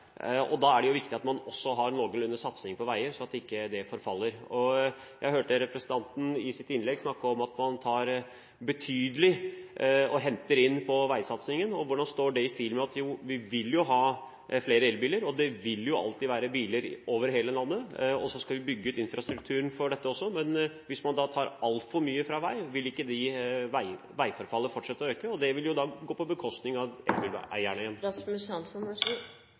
der. Da er det viktig at man også har en noenlunde satsing på veier, slik at de ikke forfaller. Jeg hørte representanten i sitt innlegg snakke om at man henter inn betydelig fra veisatsingen. Hvordan står det i stil med at man vil ha flere elbiler? Det vil alltid være biler over hele landet, og så skal man bygge ut infrastrukturen for disse. Hvis man tar altfor mye fra vei, vil veiforfallet fortsette å øke, og det vil igjen gå på bekostning av